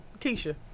keisha